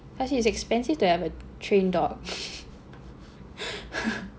cause it is expensive to have a trained dog